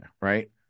Right